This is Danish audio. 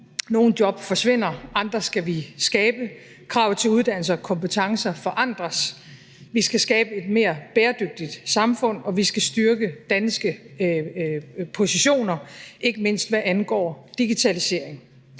Nogle job forsvinder, andre skal vi skabe. Kravet til uddannelse og kompetencer forandres. Vi skal skabe et mere bæredygtigt samfund, og vi skal styrke danske positioner, ikke mindst hvad angår digitalisering.